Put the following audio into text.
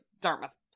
Dartmouth